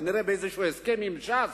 כנראה לפי איזה הסכם עם ש"ס,